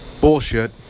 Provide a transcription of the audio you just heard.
Bullshit